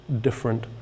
different